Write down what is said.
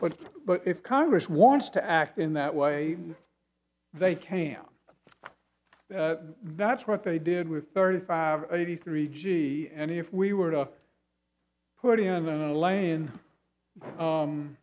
but but if congress wants to act in that way they can that's what they did with thirty five eighty three g and if we were to put in a